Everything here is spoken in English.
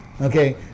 Okay